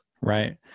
Right